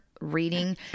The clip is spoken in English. reading